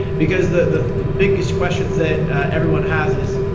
because the biggest question that everyone has is,